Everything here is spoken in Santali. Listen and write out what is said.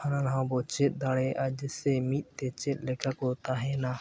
ᱦᱟᱱᱟᱼᱱᱷᱟᱣᱟ ᱵᱚᱱ ᱪᱮᱫ ᱫᱟᱲᱮᱭᱟᱜᱼᱟ ᱡᱮᱭᱥᱮ ᱢᱤᱫᱛᱮ ᱪᱮᱫ ᱞᱮᱠᱟ ᱠᱚ ᱛᱟᱦᱮᱱᱟ